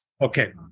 Okay